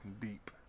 deep